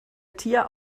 tier